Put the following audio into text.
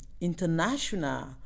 international